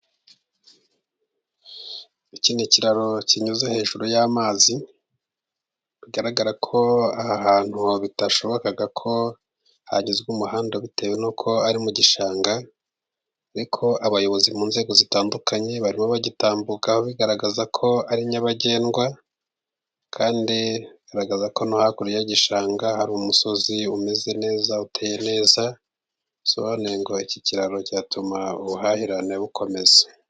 Iki ni ikiraro kinyuze hejuru y'amazi ,bigaragara ko aha hantu bitashobokaga ko hagezwa umuhanda bitewe n'uko ari mu gishanga ,ariko abayobozi mu nzego zitandukanye barimo bagitambukaho bigaragaza ko ari nyabagendwa, kandi bagaragaza ko no hakurya y'igishanga hari umusozi umeze neza ,uteye neza, bisobanuye ngo iki kiraro cyatuma ubuhahirane bukomeza.